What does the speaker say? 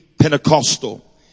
Pentecostal